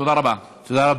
תודה רבה.